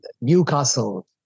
Newcastle